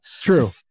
True